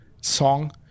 song